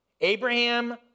Abraham